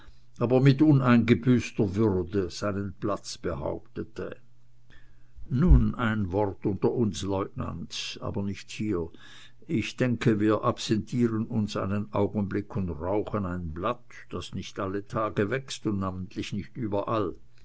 aber mit uneingebüßter würde seinen platz behautete nun ein wort unter uns lieutenant aber nicht hier ich denke wir absentieren uns einen augenblick und rauchen ein blatt das nicht alle tage wächst und namentlich nicht überall